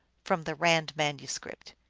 from the rand manuscript.